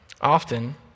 Often